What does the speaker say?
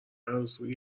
عروسی